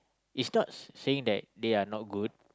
is not saying that they are not good